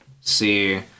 see